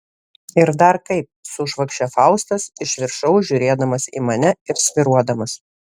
ir dar kaip sušvokščia faustas iš viršaus žiūrėdamas į mane ir svyruodamas